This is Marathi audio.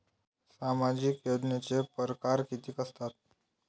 सामाजिक योजनेचे परकार कितीक असतात?